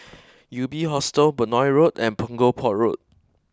UB Hostel Benoi Road and Punggol Port Road